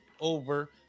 over